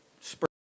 spur